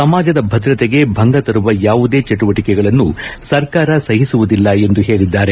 ಸಮಾಜದ ಭದ್ರತೆಗೆ ಭಂಗ ತರುವ ಯಾವುದೇ ಚಟುವಟಿಕೆಗಳನ್ನು ಸರ್ಕಾರ ಸಹಿಸುವುದಿಲ್ಲ ಎಂದು ಹೇಳಿದ್ದಾರೆ